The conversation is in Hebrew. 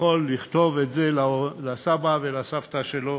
יוכל לכתוב את זה לסבא ולסבתא שלו